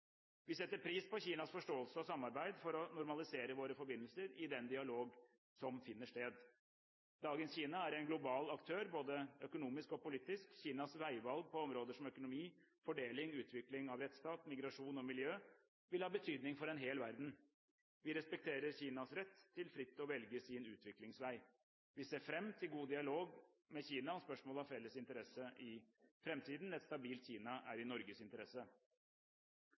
Vi setter pris på Kinas forståelse og samarbeid for å normalisere våre forbindelser i den dialog som finner sted. Dagens Kina er en global aktør både økonomisk og politisk. Kinas veivalg på områder som økonomi, fordeling, utvikling av rettsstat, migrasjon og miljø vil ha betydning for en hel verden. Vi respekterer Kinas rett til fritt å velge sin utviklingsvei. Vi ser fram til god dialog med Kina om spørsmål av felles interesse i framtiden. Et stabilt Kina er i Norges interesse.